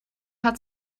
hat